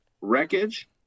wreckage